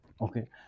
Okay